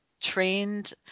trained